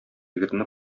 егетне